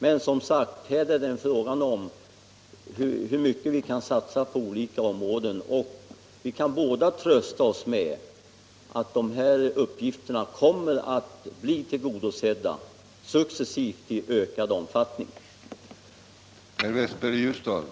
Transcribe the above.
Men här är det som sagt fråga om hur mycket vi kan satsa på olika områden. Vi kan båda trösta oss med att dessa ändamål successivt i ökad omfattning kommer att bli tillgodosedda.